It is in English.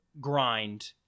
grind